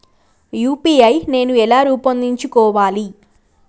UPI నేను ఎలా రూపొందించుకోవాలి?